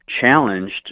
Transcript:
challenged